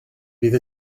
bydd